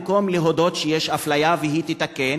במקום להודות שיש אפליה ולומר שהיא תתקן,